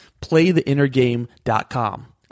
playtheinnergame.com